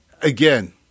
Again